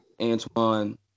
Antoine